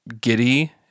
Giddy